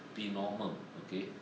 be normal okay